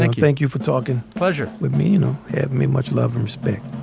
thank thank you for talking. pleasure. with me, you know me much love from spinning